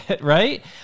right